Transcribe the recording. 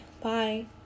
Bye